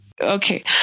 Okay